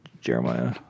Jeremiah